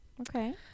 Okay